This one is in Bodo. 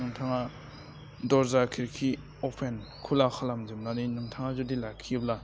नोंथाङा दर्जा खिरखि अपेन खुला खालामजोबनानै नोंथाङा जुदि लाखियोब्ला